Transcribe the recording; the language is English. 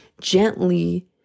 gently